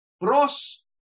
Pros